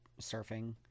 surfing